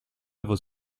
vos